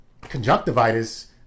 conjunctivitis